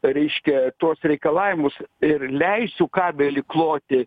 reiškia tuos reikalavimus ir leisiu kabelį kloti